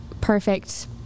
perfect